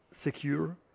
secure